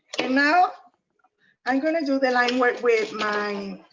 and now i'm gonna do the line work with my.